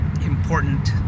important